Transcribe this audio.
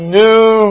new